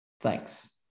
thanks